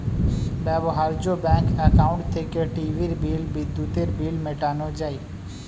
ব্যবহার্য bank account থেকে টিভির বিল, বিদ্যুতের বিল মেটানো যায়